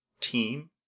team